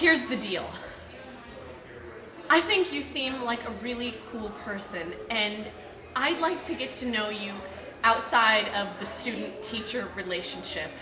here's the deal i think you seem like a really cool person and i'd like to get to know you outside of the student teacher relationship